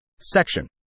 Section